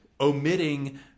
omitting